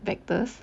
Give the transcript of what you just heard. factors